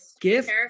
gift